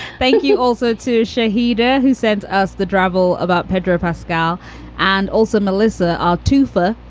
thank you also to shahida. who sent us the drivel about pedro pascal and also melissa ah tufa,